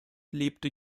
lebte